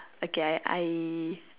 okay I I